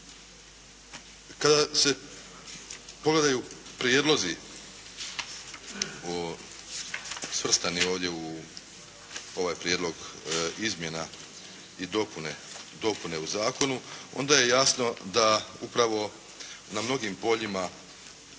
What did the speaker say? Kada se pogledaju prijedlozi svrstani ovdje u ovaj prijedlog izmjena i dopune u zakonu, onda je jasno da upravo na mnogim poljima